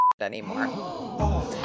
anymore